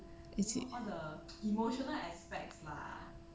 is it